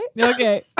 Okay